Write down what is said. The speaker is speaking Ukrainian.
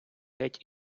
геть